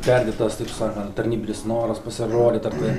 perdėtas taip sakan tarnybinis noras pasirodyt ar tai